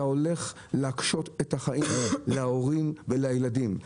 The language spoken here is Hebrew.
אתה הולך להקשות את החיים להורים ולילדים.